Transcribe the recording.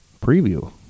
preview